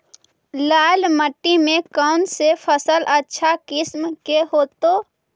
लाल मिट्टी में कौन से फसल अच्छा किस्म के होतै?